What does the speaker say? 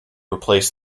replaced